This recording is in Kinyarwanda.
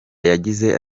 yagize